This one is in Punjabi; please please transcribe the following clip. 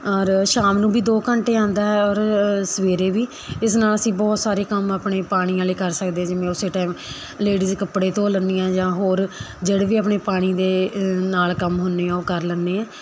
ਔਰ ਸ਼ਾਮ ਨੂੰ ਵੀ ਦੋ ਘੰਟੇ ਆਉਂਦਾ ਹੈ ਔਰ ਸਵੇਰੇ ਵੀ ਇਸ ਨਾਲ ਅਸੀਂ ਬਹੁਤ ਸਾਰੇ ਕੰਮ ਆਪਣੇ ਪਾਣੀਆਂ ਵਾਲੇ ਕਰ ਸਕਦੇ ਜਿਵੇਂ ਉਸੇ ਟਾਈਮ ਲੇਡੀਜ਼ ਕੱਪੜੇ ਧੋ ਲੈਦੀਆਂ ਜਾਂ ਹੋਰ ਜਿਹੜੇ ਵੀ ਆਪਣੇ ਪਾਣੀ ਦੇ ਨਾਲ ਕੰਮ ਹੁੰਦੇ ਆ ਉਹ ਕਰ ਲੈਂਦੇ ਹਾਂ